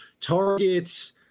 targets